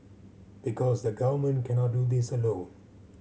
because the Government cannot do this alone